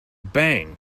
bang